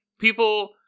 people